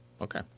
Okay